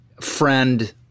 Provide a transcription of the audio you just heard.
friend